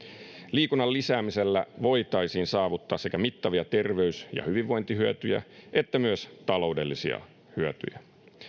liikunnan lisäämisellä voitaisiin saavuttaa sekä mittavia terveys ja hyvinvointihyötyjä että myös taloudellisia hyötyjä